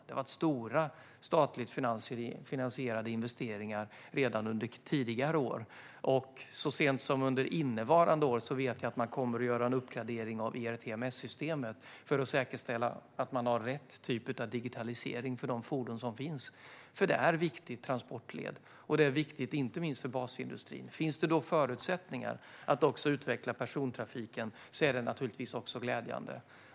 Det har varit stora statligt finansierade investeringar redan under tidigare år. Så sent som under innevarande år vet jag att man kommer att göra en uppgradering av ERTMS-systemet för att säkerställa att man har rätt typ av digitalisering för de fordon som finns, för det här är ett viktigt transportled, inte minst för basindustrin. Finns det då förutsättningar att också utveckla persontrafiken är det naturligtvis också glädjande.